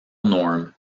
norm